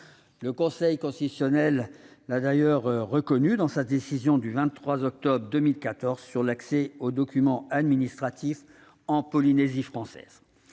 Le Conseil constitutionnel l'a d'ailleurs reconnu dans sa décision du 23 octobre 2014 sur l'accès aux documents administratifs en Polynésie française.